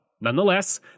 Nonetheless